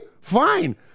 fine